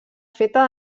feta